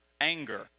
anger